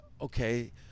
okay